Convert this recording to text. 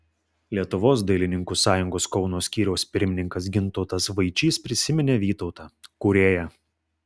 lietuvos dailininkų sąjungos kauno skyriaus pirmininkas gintautas vaičys prisiminė vytautą kūrėją